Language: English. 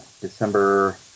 December